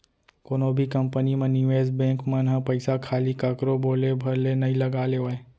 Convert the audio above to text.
कोनो भी कंपनी म निवेस बेंक मन ह पइसा खाली कखरो बोले भर ले नइ लगा लेवय